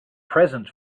present